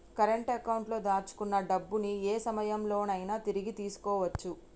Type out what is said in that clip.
current అకౌంట్లో దాచుకున్న డబ్బుని యే సమయంలోనైనా తిరిగి తీసుకోవచ్చు